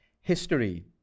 history